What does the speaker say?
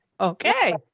Okay